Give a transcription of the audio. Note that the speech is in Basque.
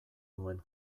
nuen